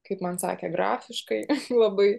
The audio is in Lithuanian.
kaip man sakė grafiškai labai